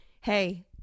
Hey